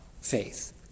faith